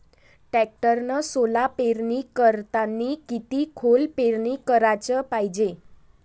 टॅक्टरनं सोला पेरनी करतांनी किती खोल पेरनी कराच पायजे?